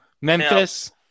Memphis